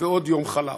ועוד יום חלף.